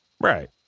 right